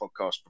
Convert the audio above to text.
podcast